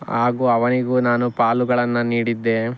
ಹಾಗೂ ಅವನಿಗೂ ನಾನು ಪಾಲುಗಳನ್ನ ನೀಡಿದ್ದೆ